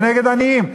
ונגד עניים,